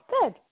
Good